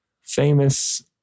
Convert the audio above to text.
Famous